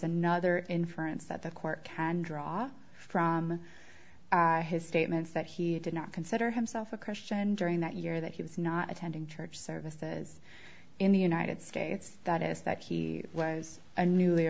another inference that the court can draw from his statements that he did not consider himself a christian during that year that he was not attending church services in the united states that is that he was a newly